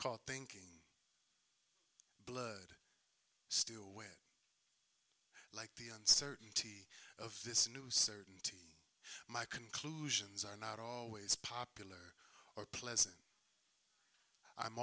called thinking blood stew with like the uncertainty of this new certainty my conclusions are not always popular or pleasant i'm